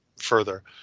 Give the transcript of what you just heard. further